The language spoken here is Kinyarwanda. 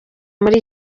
muri